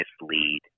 mislead